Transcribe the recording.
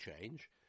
change